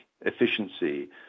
efficiency